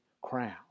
crown